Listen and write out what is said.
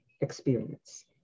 Experience